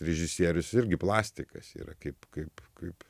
režisierius irgi plastikas yra kaip kaip kaip